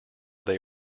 they